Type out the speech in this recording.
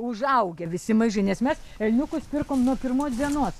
užaugę visi maži nes mes elniukus pirkom nuo pirmos dienos